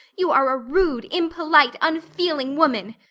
you are a rude, impolite, unfeeling woman!